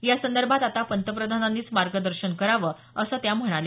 यासंदर्भात आता पंतप्रधानांनीच मार्गदर्शन करावं अस त्या म्हणाल्या